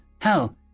Hell